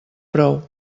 prou